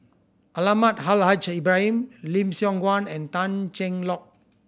Almahdi Al Haj Ibrahim Lim Siong Guan and Tan Cheng Lock